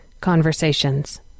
conversations